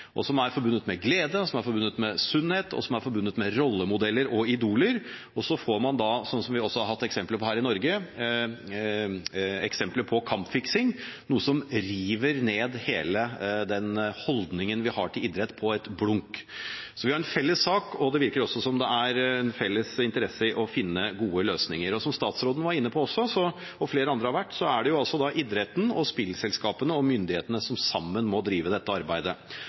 og som er forbundet med glede, som er forbundet med sunnhet, og som er forbundet med rollemodeller og idoler – og så får man, sånn som vi også har sett eksempler på i Norge, tilfeller av kampfiksing, noe som river ned hele holdningen vi har til idrett på et blunk. Så vi har en felles sak, og det virker også som det er en felles interesse i å finne gode løsninger. Som statsråden og flere andre også har vært inne på, er det idretten, spillselskapene og myndighetene som sammen må drive dette arbeidet.